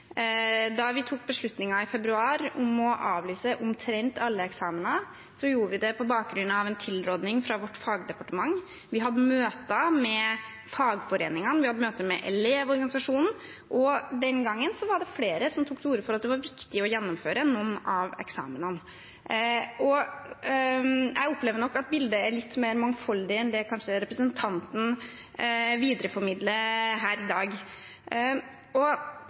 Da vi tok beslutningen i februar om å avlyse omtrent alle eksamener, gjorde vi det på bakgrunn av en tilråding fra vårt fagdepartement. Vi hadde møter med fagforeningene, og vi hadde møter med Elevorganisasjonen, og den gangen var det flere som tok til orde for at det var viktig å gjennomføre noen av eksamenene. Jeg opplever nok at bildet kanskje er litt mer mangfoldig enn det representanten videreformidler her i dag.